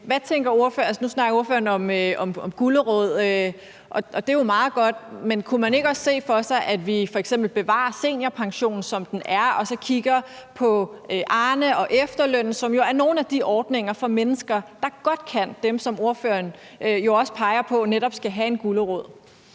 Nu snakker ordføreren om gulerod, og det er jo meget godt. Men kunne man ikke også se for sig, at vi f.eks. bevarer seniorpensionen, som den er, og så kigger på Arnepension og efterløn, som jo er nogle af de ordninger for mennesker, der godt kan – dem, som ordføreren også peger på netop skal have en gulerod?